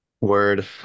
Word